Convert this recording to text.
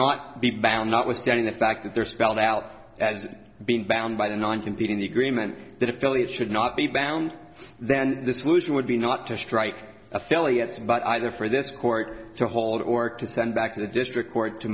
not be bound notwithstanding the fact that they are spelled out as being bound by the ninth in the in the agreement that if elliot should not be bound then the solution would be not to strike affiliates but either for this court to hold or to send back to the district court to